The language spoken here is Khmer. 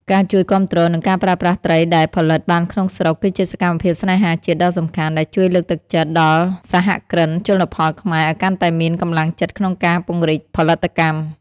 ការជួយគាំទ្រ និងការប្រើប្រាស់ត្រីដែលផលិតបានក្នុងស្រុក គឺជាសកម្មភាពស្នេហាជាតិដ៏សំខាន់ ដែលជួយលើកទឹកចិត្តដល់សហគ្រិនជលផលខ្មែរឱ្យកាន់តែមានកម្លាំងចិត្តក្នុងការពង្រីកផលិតកម្ម។